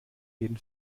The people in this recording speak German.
jeden